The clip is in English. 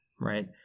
right